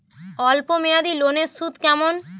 অল্প মেয়াদি লোনের সুদ কেমন?